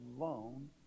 alone